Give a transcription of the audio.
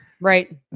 Right